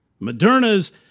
Moderna's